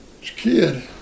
kid